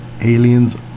aliens